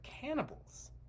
cannibals